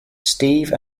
steve